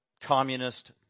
communist